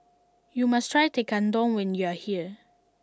you must try Tekkadon when you are here